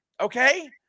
Okay